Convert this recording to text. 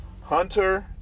Hunter